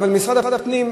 אבל משרד הפנים,